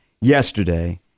yesterday